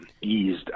eased